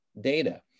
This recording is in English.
data